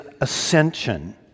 ascension